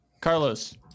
Carlos